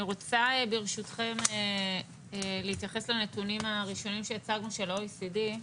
אני רוצה ברשותכם להתייחס לנתונים הראשונים שהצגנו של ה-OECD,